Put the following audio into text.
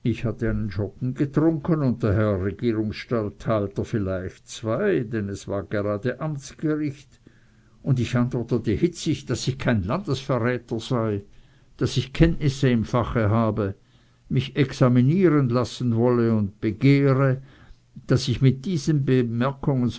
ich hatte einen schoppen getrunken und der herr regierungsstatthalter vielleicht zwei denn es war gerade amtsgericht und ich antwortete hitzig daß ich kein landesverräter sei daß ich kenntnisse im fache habe mich examinieren lassen wolle und begehre daß ich mit diesen